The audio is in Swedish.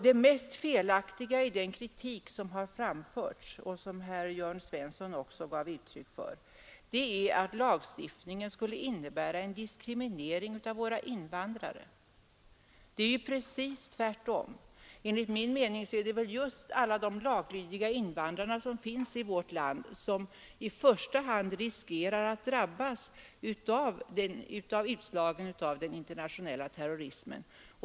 Det mest felaktiga i den kritik som har framförts och som herr Jörn Svensson också gav uttryck för är att lagstiftningen skulle innebära en diskriminering av våra invandrare. Det är precis tvärtom. Enligt min mening är det just alla de laglydiga invandrarna, som finns i vårt land, som i första hand riskerar att drabbas av utslagen av den internationella terrorismen.